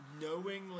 knowingly